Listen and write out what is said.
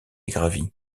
gravi